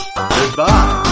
Goodbye